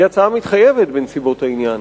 היא ההצעה המתחייבת בנסיבות העניין.